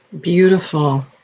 Beautiful